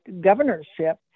governorship